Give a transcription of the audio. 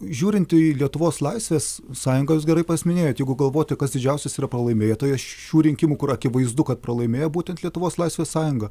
žiūrint į lietuvos laisvės sąjungą jūs gerai minėjot jeigu galvoti kas didžiausias yra pralaimėtojas šių rinkimų kur akivaizdu kad pralaimėjo būtent lietuvos laisvės sąjunga